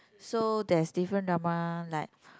so there's different drama like